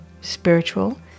spiritual